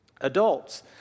adults